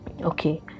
okay